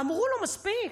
אמרו לו: מספיק,